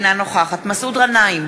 אינה נוכחת מסעוד גנאים,